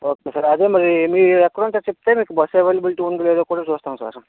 okay sir అదే మరి మీరు ఎక్కడుంటారో చెప్తే మీకు బస్ ఎవైలబిలిటీ ఉందో లేదో కూడా చూస్తాం సారు